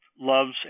loves